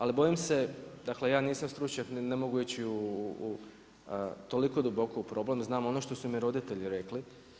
Ali bojim se, dakle ja nisam stručnjak, ne mogu ići toliko duboko u problem, znam ono što su mi roditelji rekli.